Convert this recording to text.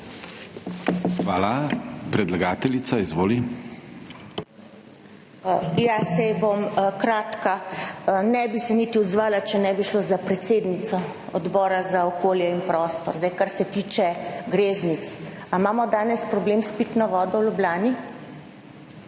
ŽIBERT (PS SDS): Ja, saj bom kratka. Ne bi se niti odzvala, če ne bi šlo za predsednico Odbora za okolje in prostor. Zdaj, kar se tiče greznic. Ali imamo danes problem s pitno vodo v Ljubljani?